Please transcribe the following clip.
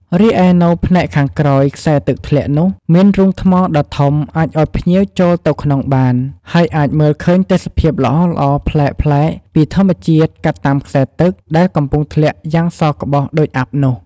រីឯនៅផ្នែកខាងក្រោយខ្សែទឹកធ្លាក់នោះមានរូងថ្មដ៏ធំអាចឱ្យភ្ញៀវចូលទៅក្នុងបាន ហើយអាចមើលឃើញទេសភាពល្អៗប្លែកៗពីធម្មជាតិកាត់តាមខ្សែទឹកដែលកំពុងធ្លាក់យ៉ាងសក្បុសដូចអ័ព្ទនោះ ។